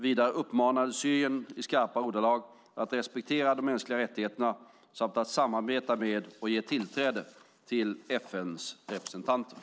Vidare uppmanades Syrien i skarpa ordalag att respektera de mänskliga rättigheterna samt att samarbeta med och ge tillträde till FN:s representanter.